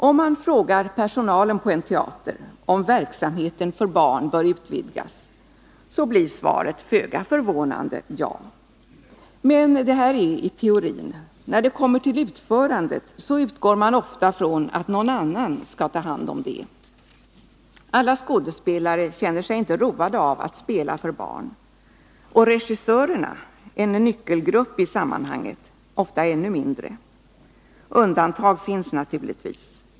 Om man frågar personalen på en teater om verksamheten för barn bör utvidgas, så blir svaret föga förvånande ja. Men detta är i teorin, när det kommer till utförandet utgår man ofta från att någon annan skall ta hand om det. Alla skådespelare känner sig inte roade av att spela för barn, och regissörerna — en nyckelgrupp i sammanhanget — ofta ännu mindre. Undantag finns naturligtvis.